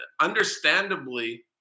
understandably